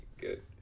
good